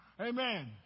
Amen